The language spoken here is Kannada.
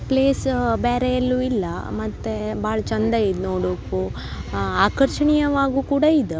ಪ್ಲೇಸ ಬ್ಯಾರೆ ಎಲ್ಲೂ ಇಲ್ಲ ಮತ್ತು ಭಾಳ ಚಂದ ಇದು ನೋಡೋಕು ಆಕರ್ಷಣೀಯವಾಗು ಕೂಡ ಇದ